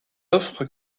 offre